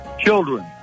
Children